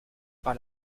par